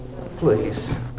please